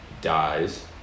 dies